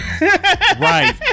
right